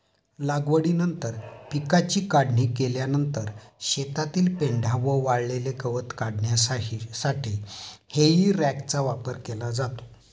लागवडीनंतर पिकाची काढणी केल्यानंतर शेतातील पेंढा व वाळलेले गवत काढण्यासाठी हेई रॅकचा वापर केला जातो